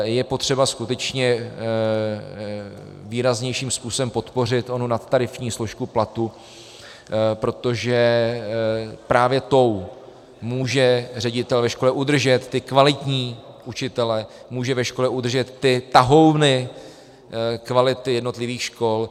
Je potřeba skutečně výraznějším způsobem podpořit onu nadtarifní složku platu, protože právě tou může ředitel ve škole udržet kvalitní učitele, může ve škole udržet ty tahouny kvality jednotlivých škol.